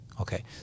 Okay